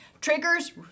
triggers